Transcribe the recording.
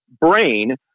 brain